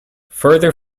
further